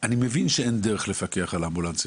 אני מבין שאין דרך לפקח על האמבולנסים